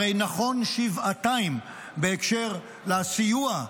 הרי נכון שבעתיים בהקשר של הסיוע,